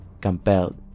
compelled